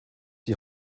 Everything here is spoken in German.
die